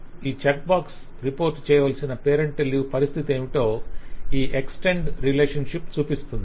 ఈ checkbox report చేయవలసిన parental leave పరిస్థితి ఏమిటో ఈ ఎక్స్టెండ్ రిలేషన్షిప్ చూపిస్తుంది